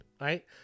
right